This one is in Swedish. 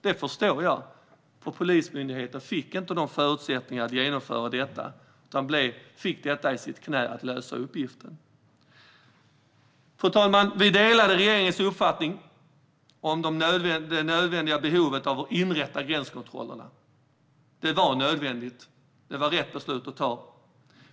Det förstår jag, för Polismyndigheten fick inte förutsättningar att genomföra detta utan fick uppgiften att lösa det lagd i sitt knä. Fru talman! Vi delade regeringens uppfattning om det nödvändiga behovet av att inrätta gränskontroller. Det var nödvändigt. Det var rätt beslut att ta.